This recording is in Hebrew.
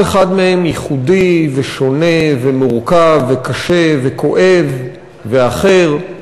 כל אחד מהם ייחודי ושונה ומורכב וקשה וכואב ואחר,